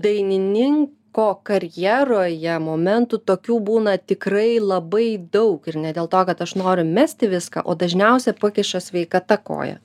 dainininko karjeroje momentų tokių būna tikrai labai daug ir ne dėl to kad aš noriu mesti viską o dažniausia pakiša sveikata koją